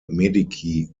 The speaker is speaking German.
medici